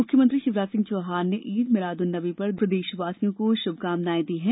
मुख्यमंत्री शिवराज सिंह चौहान ने ईद मिलाद उन नबी पर प्रदेशवासियों को श्भकामनाएं दी हैं